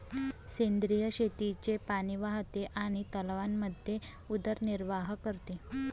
सेंद्रिय शेतीचे पाणी वाहते आणि तलावांमध्ये उदरनिर्वाह करते